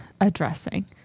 addressing